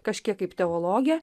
kažkiek kaip teologė